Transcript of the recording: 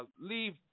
leave